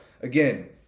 again